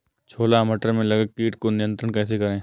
छोला मटर में लगे कीट को नियंत्रण कैसे करें?